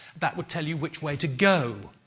that would tell you which way to go.